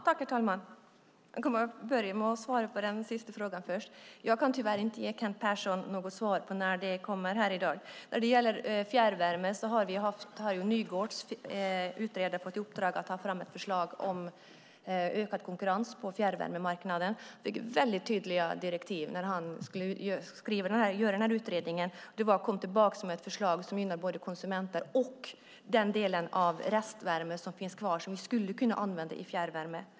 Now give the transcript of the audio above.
Herr talman! Jag börjar med den sista frågan. Jag kan tyvärr inte ge Kent Persson något svar på när det kommer. När det gäller fjärrvärme har utredaren Nygårds fått i uppdrag att ta fram ett förslag om ökad konkurrens på fjärrvärmemarknaden. Det är väldigt tydliga direktiv för utredningen: Kom tillbaka med ett förslag som gynnar både konsumenterna och den del av restvärmen som finns kvar och som vi skulle kunna använda i fjärrvärme!